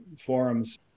forums